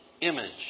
image